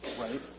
Right